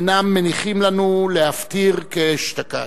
אינם מניחים לנו להפטיר כדאשתקד.